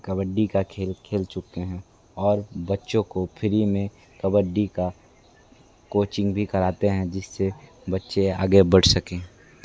कबड्डी का खेल खेल चुके हैं और बच्चों को फ्री में कबड्डी का कोचिंग भी कराते हैं जिस से बच्चे आगे बढ़ सकें